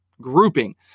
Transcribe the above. grouping